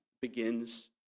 begins